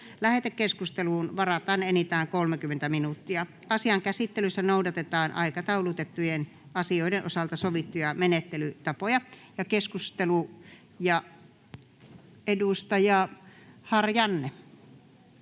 Lähetekeskusteluun varataan enintään 30 minuuttia. Asian käsittelyssä noudatetaan aikataulutettujen asioiden osalta sovittuja menettelytapoja. — Meillä on ministeri paikalla,